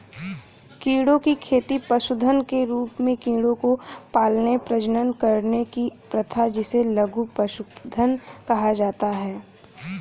कीड़ों की खेती पशुधन के रूप में कीड़ों को पालने, प्रजनन करने की प्रथा जिसे लघु पशुधन कहा जाता है